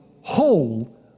whole